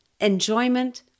enjoyment